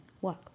work